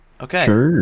Okay